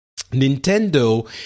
Nintendo